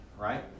right